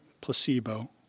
placebo